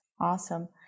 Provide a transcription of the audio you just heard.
Awesome